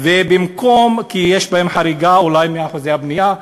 כי יש בהן חריגה אולי מאחוזי הבנייה,